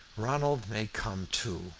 ronald may come too.